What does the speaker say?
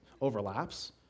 overlaps